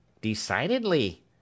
Decidedly